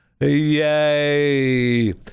Yay